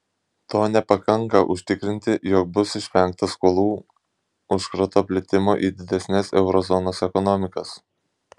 to nepakanka užtikrinti jog bus išvengta skolų užkrato plitimo į didesnes euro zonos ekonomikas